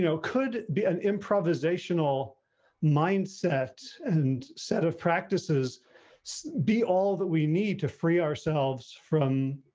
you know could be an improvisational mindset and set of practices be all that we need to free ourselves from?